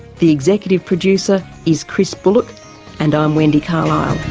the executive producer is chris bullock and i'm wendy carlisle